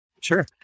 Sure